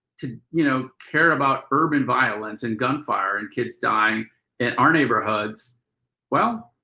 to, you know, care about urban violence and gunfire and kids dying and our neighborhoods well